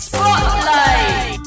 Spotlight